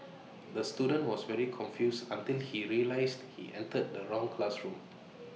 the student was very confused until he realised he entered the wrong classroom